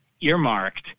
earmarked